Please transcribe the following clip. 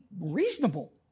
reasonable